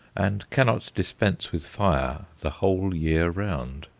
and cannot dispense with fire the whole year round.